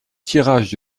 tirage